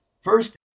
First